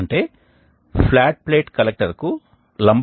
మాతృక పదార్థం అనేది ఇప్పటికే వేడి వాయువు ద్వారా వేడి చేయబడుతుంది